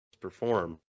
perform